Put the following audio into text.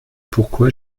pourquoi